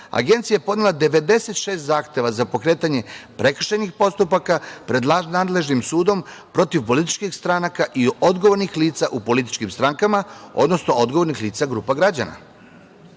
Agencija je podnela 96 zahteva za pokretanje prekršajnih postupaka pred nadležnim sudom protiv političkih stranaka i odgovornih lica u političkim strankama, odnosno odgovornih lica grupa građana.